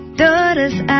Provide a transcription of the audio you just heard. daughter's